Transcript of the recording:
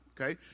okay